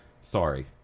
sorry